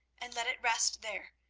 and let it rest there,